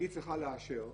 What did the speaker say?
היא צריכה לאשר.